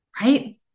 right